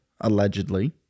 allegedly